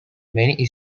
many